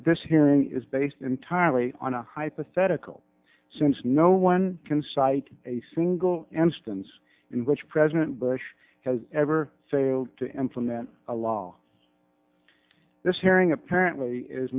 that this hearing is based entirely on a hypothetical since no one can cite a single instance in which president bush has ever failed to implement a law this hearing apparently is